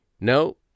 No